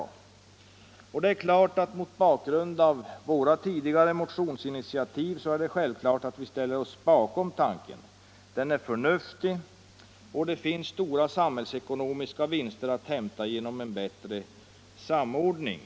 Mot bakgrund av våra tidigare motionsinitiativ är det självklart att vi ställer oss bakom denna tanke. Den är förnuftig, och det finns stora samhällsekonomiska vinster att hämta genom en bättre samordning.